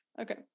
okay